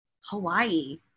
Hawaii